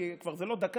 כי זה כבר לא דקה.